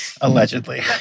Allegedly